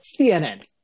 CNN